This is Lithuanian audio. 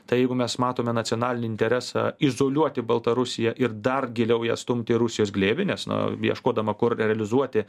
tai jeigu mes matome nacionalinį interesą izoliuoti baltarusiją ir dar giliau ją stumti į rusijos glėbį nes na ieškodama kur realizuoti